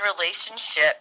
relationship